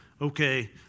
okay